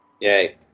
Yay